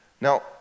Now